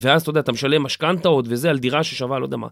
ואז אתה יודע, אתה משלם משכנתה עוד וזה, על דירה ששווה לא יודע מה.